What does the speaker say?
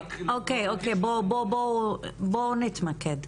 בואו נתמקד.